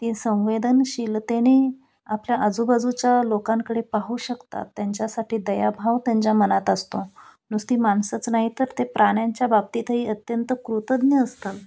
ती संवेदनशीलतेने आपल्या आजूबाजूच्या लोकांकडे पाहू शकतात त्यांच्यासाठी दयाभाव त्यांच्या मनात असतो नुसती माणसंच नाही तर ते प्राण्यांच्या बाबतीतही अत्यंत कृतज्ञ असतात